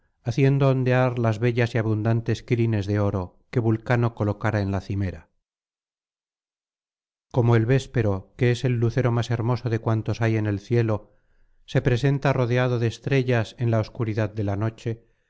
haciendo ondear las bellas y abundantes crines de oro que vulcano colocara en la cimera como el véspero que es el lucero más hermoso de cuantos hay en el cielo se presenta rodeado de estrellas en la obscuridad de la noche